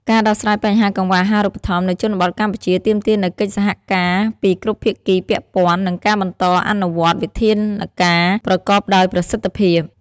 ការដោះស្រាយបញ្ហាកង្វះអាហារូបត្ថម្ភនៅជនបទកម្ពុជា ទាមទារនូវកិច្ចសហការពីគ្រប់ភាគីពាក់ព័ន្ធ និងការបន្តអនុវត្តវិធានការប្រកបដោយប្រសិទ្ធភាព។